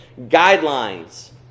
Guidelines